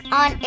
on